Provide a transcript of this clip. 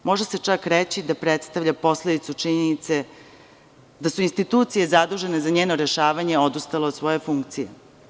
Može se čak reći da predstavlja posledicu činjenice da su institucije zadužene za njeno rešavanje odustale od svoje funkcije.